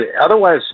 otherwise